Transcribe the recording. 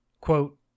quote